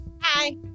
Hi